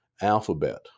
alphabet